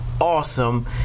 awesome